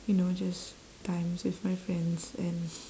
you know just times with my friends and